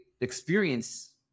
experience